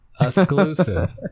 Exclusive